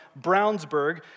Brownsburg